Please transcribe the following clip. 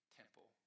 temple